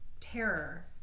terror